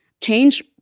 change